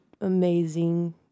amazing